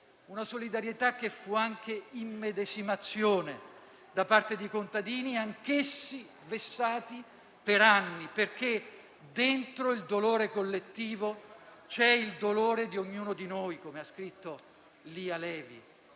Una solidarietà che fu anche immedesimazione, da parte di contadini anch'essi vessati per anni, perché dentro il dolore collettivo c'è il dolore di ognuno di noi, come ha scritto Lia Levi.